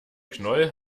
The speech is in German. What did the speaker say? knoll